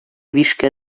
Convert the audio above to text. бишкә